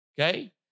Okay